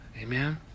Amen